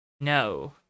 No